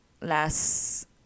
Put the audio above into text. last